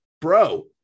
bro